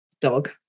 dog